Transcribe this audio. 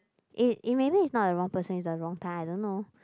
it it maybe it's not the wrong person is the wrong time I don't know